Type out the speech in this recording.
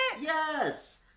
Yes